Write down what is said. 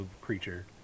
creature